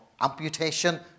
amputation